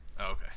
okay